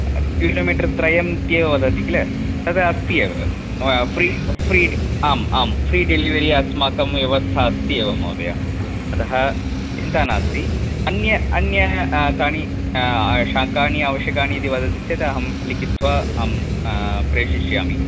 kilometre त्रयम् इत्येव वदति किल तद् अस्ति एव फ़्री फ़्रीड् आम् आं फ़्री डिलेवरि अस्माकं व्यवस्था अस्ति एव महोदय अतः चिन्ता नास्ति अन्य अन्य कानि शाकानि आवश्यकानि इति वदति चेत् अहं लिखित्वा अहं प्रेषयिष्यामि